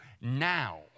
now